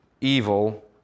evil